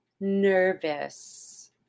nervous